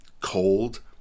cold